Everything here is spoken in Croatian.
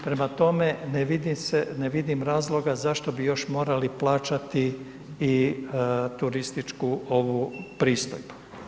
Prema tome ne vidim razloga zašto bi još morali plaćati i turističku ovu pristojbu.